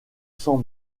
cent